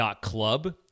club